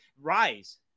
rise